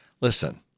Listen